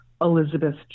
Elizabeth